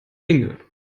dinge